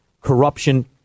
corruption